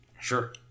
Sure